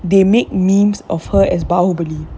they make memes of her as bahubali